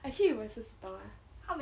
actually 我也是不懂啦